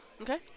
Okay